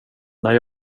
när